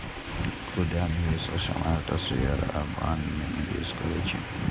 खुदरा निवेशक सामान्यतः शेयर आ बॉन्ड मे निवेश करै छै